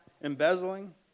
embezzling